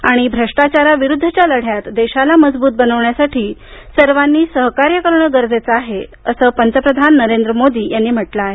थाणि भ्रष्टाचाराविरुद्धच्या लढ्यात देशाला मजबूत बनविण्यासाठी सर्वांनी सहकार्य करणं गरजेचं आहे असं पंतप्रधान नरेंद्र मोदी यांनी म्हटलं आहे